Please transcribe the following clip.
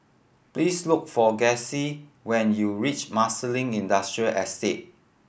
please look for Gussie when you reach Marsiling Industrial Estate